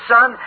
Son